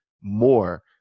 more